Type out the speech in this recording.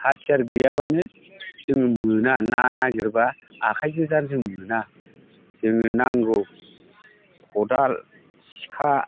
हाथियार गैयाब्लानो जोङो मोना ना नागिरब्ला आखाय गोजा जों मोना जोंनो नांगौ खदाल सिखा